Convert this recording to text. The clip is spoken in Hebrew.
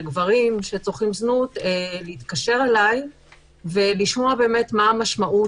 לגברים שצורכים זנות להתקשר אליי ולשמוע מה המשמעות